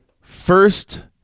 first